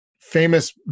famous